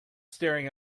staring